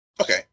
okay